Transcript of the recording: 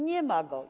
Nie ma go.